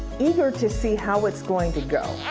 eager to see how it's going to go.